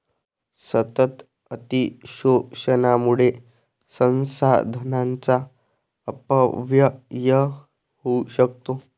सतत अतिशोषणामुळे संसाधनांचा अपव्यय होऊ शकतो